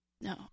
No